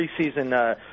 preseason